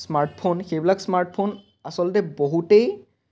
smartphone সেইবিলাক smartphone আচলতে বহুতেই